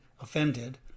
offended